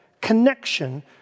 connection